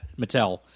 Mattel